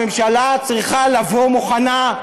הממשלה צריכה לבוא מוכנה.